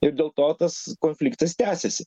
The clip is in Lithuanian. ir dėl to tas konfliktas tęsiasi